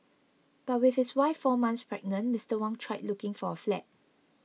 but with his wife four months pregnant Mister Wang tried looking for a flat